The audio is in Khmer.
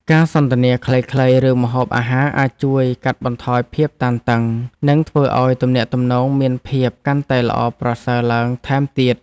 ការសន្ទនាខ្លីៗរឿងម្ហូបអាហារអាចជួយកាត់បន្ថយភាពតានតឹងនិងធ្វើឱ្យទំនាក់ទំនងមានភាពកាន់តែល្អប្រសើរឡើងថែមទៀត។